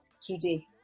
today